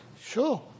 sure